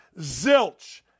Zilch